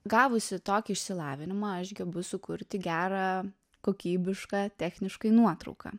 gavusi tokį išsilavinimą aš gebu sukurti gerą kokybišką techniškai nuotrauką